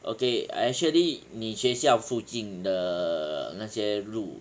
okay actually 你学校附近的那些路